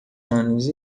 anos